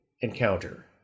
encounter